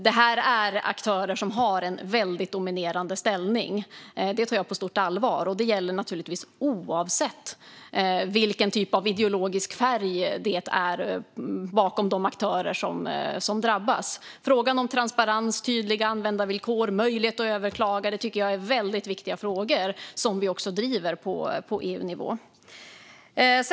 Det här är aktörer som har en dominerande ställning, och jag tar detta på stort allvar, givetvis oavsett ideologisk färg på de aktörer som drabbas. Frågan om transparens, tydliga användarvillkor och möjlighet att överklaga är viktiga frågor, som vi också driver på EU-nivå.